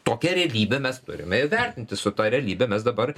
tokia realybė mes turime įvertinti su ta realybe mes dabar